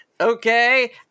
okay